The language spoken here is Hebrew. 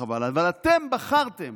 חבל, אבל אתם בחרתם